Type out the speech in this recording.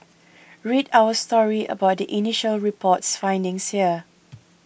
read our story about the initial report's findings here